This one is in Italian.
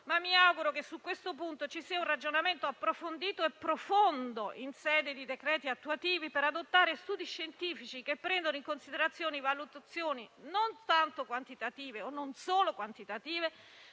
Ma mi auguro che su questo punto ci sia un ragionamento approfondito e profondo in sede di decreti attuativi per adottare studi scientifici che prendano in considerazioni valutazioni non tanto quantitative, o non solo quantitative,